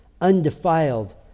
undefiled